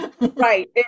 Right